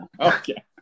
Okay